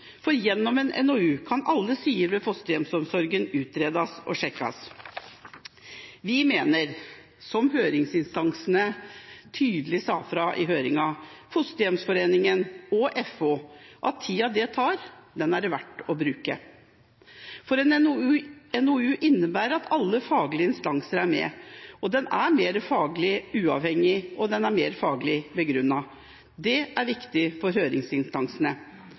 NOU. Gjennom en NOU kan alle sider ved fosterhjemsomsorgen utredes og sjekkes. Vi mener, som høringsinstansene – Fosterhjemsforeningen og FO – tydelig sa fra om i høringen, at tida det tar, er det verdt å bruke. En NOU innebærer at alle faglige instanser er med, den er mer faglig uavhengig, og den er mer faglig begrunnet. Det er viktig for høringsinstansene.